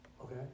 okay